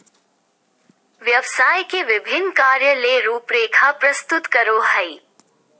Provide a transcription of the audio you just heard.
व्यवसाय के विभिन्न कार्य ले रूपरेखा प्रस्तुत करो हइ